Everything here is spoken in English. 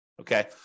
Okay